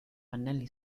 pannelli